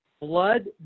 Blood